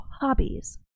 hobbies